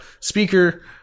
speaker